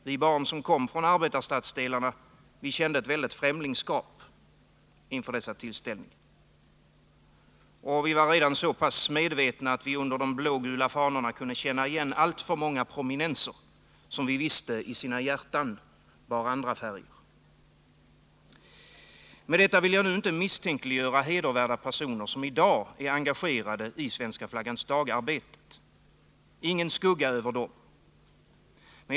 Vi barn som kom från arbetarstadsdelarna kände ett väldigt främlingskap inför dessa tillställningar och vi var redan så pass medvetna att vi under de blågula fanorna kunde känna igen alltför många prominenser, som vi visste i sina hjärtan bar andra färger. Med detta vill jag inte misstänkliggöra hedervärda personer som i dag är engagerade i Svenskaflaggansdag-arbetet — ingen skugga över dem.